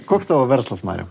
koks tavo verslas mariau